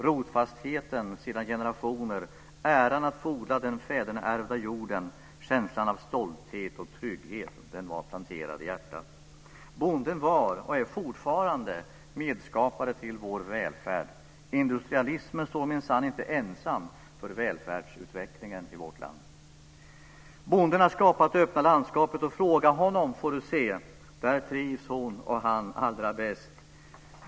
Rotfastheten sedan generationer, äran att få odla den fäderneärvda jorden och känslan av stolthet och trygghet var planterad i hjärtat. Bonden var och är fortfarande medskapare till vår välfärd. Industrialismen står minsann inte ensam för välfärdsutvecklingen i vårt land. Bonden har skapat det öppna landskapet. Och fråga honom får du höra! Där trivs han eller hon allra bäst.